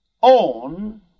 on